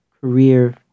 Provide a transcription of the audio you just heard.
career